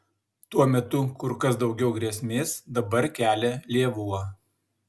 tuo metu kur kas daugiau grėsmės dabar kelia lėvuo